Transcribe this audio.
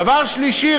דבר שלישי,